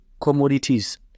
commodities